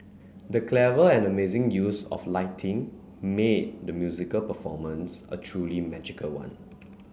the clever and amazing use of lighting made the musical performance a truly magical one